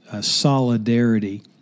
solidarity